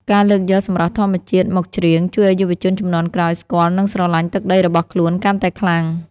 ការលើកយកសម្រស់ធម្មជាតិមកច្រៀង ជួយឱ្យយុវជនជំនាន់ក្រោយស្គាល់ និងស្រឡាញ់ទឹកដីរបស់ខ្លួនកាន់តែខ្លាំង។